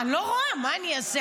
אני לא רואה, מה אני אעשה?